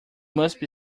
must